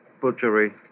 butchery